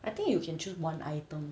I think you can choose one item